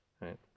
Right